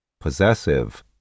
possessive